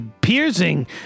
piercing